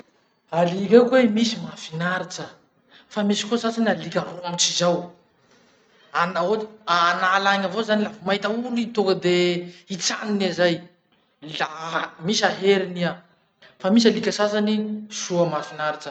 Alika io koahy misy mahafinaritsa, fa misy koa sasany alika romotry zao. An ohatsy, an'ala agny avao zany laha vao mahita olo i tonga de hitsaniny iha zay, la misy aheriny iha. Fa misy alika sasany soa mahafinaritra.